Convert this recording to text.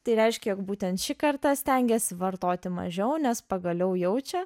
tai reiškia jog būtent ši karta stengiasi vartoti mažiau nes pagaliau jaučia